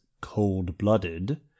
cold-blooded